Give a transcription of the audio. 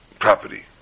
property